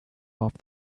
off